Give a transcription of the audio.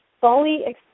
fully